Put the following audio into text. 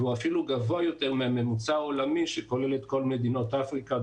והוא אפילו גבוה יותר מהממוצע העולמי שכולל את כלל מדינות אפריקה,